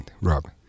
Rob